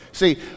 See